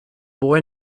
boy